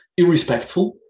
irrespectful